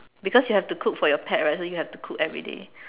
because you have to cook for your parents so you have to cook everyday